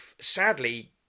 sadly